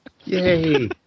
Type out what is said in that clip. Yay